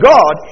God